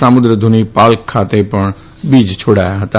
સામુદ્રધૂની પાલ્ક ખાતે પણ બીજ છોડાયાં હતાં